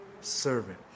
servant